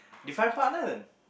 define partner then